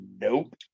nope